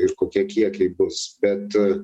ir kokie kiekiai bus bet